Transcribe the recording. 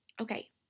Okay